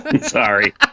Sorry